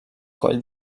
coll